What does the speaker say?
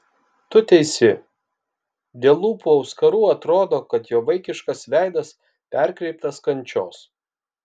tu teisi dėl lūpų auskarų atrodo kad jo vaikiškas veidas perkreiptas kančios